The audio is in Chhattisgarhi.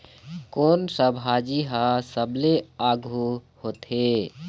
कोन सा भाजी हा सबले आघु होथे?